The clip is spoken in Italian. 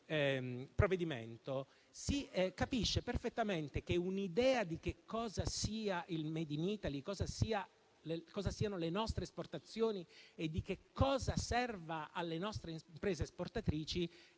questo provvedimento si capisce perfettamente che un'idea di cosa sia il *made in Italy*, di cosa siano le nostre esportazioni e di cosa serva alle nostre imprese esportatrici